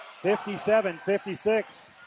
57-56